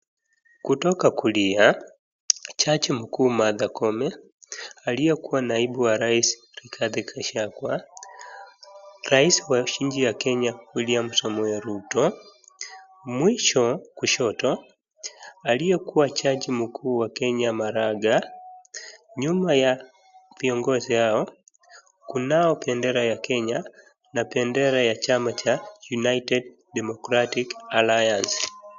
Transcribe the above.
Kutoka kulia, jaji mkuu Martha Koome, aliyekuwa naibu wa rais Rigathi Gachagua, rais wa nchi ya Kenya William Samoei Ruto, mwisho kushoto, aliyekuwa jaji mkuu wa Kenya Maraga. Nyuma ya viongozi hao, kunao bendera ya Kenya na bendera ya chama cha United Democratic Alliance.